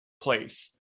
place